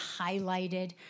highlighted